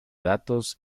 datos